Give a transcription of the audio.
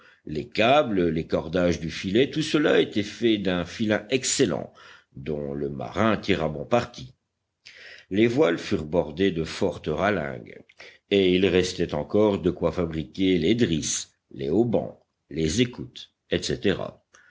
les câbles les cordages du filet tout cela était fait d'un filin excellent dont le marin tira bon parti les voiles furent bordées de fortes ralingues et il restait encore de quoi fabriquer les drisses les haubans les écoutes etc